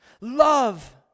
Love